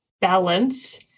balance